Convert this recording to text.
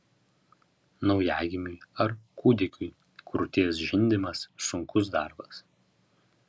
naujagimiui ar kūdikiui krūties žindimas sunkus darbas